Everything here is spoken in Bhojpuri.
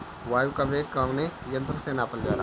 वायु क वेग कवने यंत्र से नापल जाला?